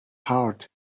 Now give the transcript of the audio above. heart